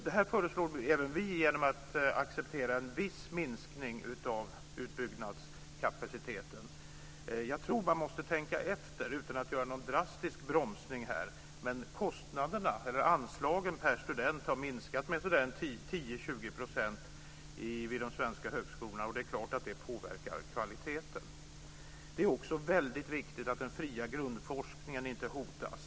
Detta föreslår även vi genom att acceptera en viss minskning av utbyggnadskapaciteten. Jag tror att man måste tänka efter, utan att göra någon drastisk bromsning här. Anslagen per student har minskat med så där en 10-20 % vid de svenska högskolorna - det är klart att det påverkar kvaliteten. Det är också väldigt viktigt att den fria grundforskningen inte hotas.